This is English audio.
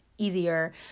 easier